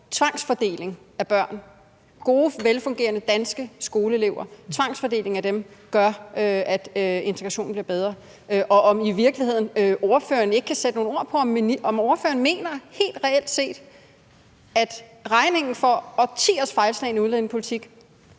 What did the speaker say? tvangsfordeling af gode, velfungerende danske skoleelever gør, at integrationen bliver bedre, og om ordføreren i virkeligheden ikke kan sætte nogle ord på, om ordføreren helt reelt set mener, at regningen for årtiers fejlslagen udlændingepolitik